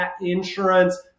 insurance